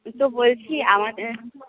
তো বলছি আমাদের